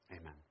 Amen